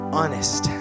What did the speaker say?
honest